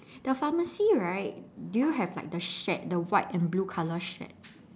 the pharmacy right do you have like the shed the white and blue color shed